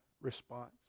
response